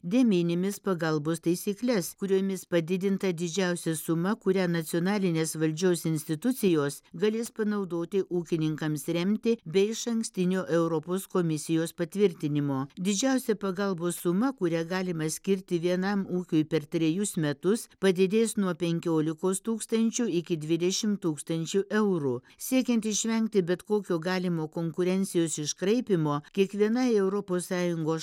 deminimis pagalbos taisykles kuriomis padidinta didžiausia suma kurią nacionalinės valdžios institucijos galės panaudoti ūkininkams remti be išankstinio europos komisijos patvirtinimo didžiausia pagalbos suma kurią galima skirti vienam ūkiui per trejus metus padidės nuo penkiolikos tūkstančių iki dvidešimt tūkstančių eurų siekiant išvengti bet kokio galimo konkurencijos iškraipymo kiekvienai europos sąjungos